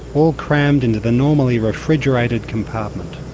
all crammed into the normally refrigerated compartment.